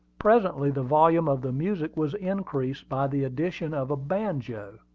presently the volume of the music was increased by the addition of a banjo.